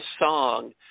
song